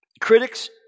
Critics